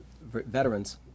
Veterans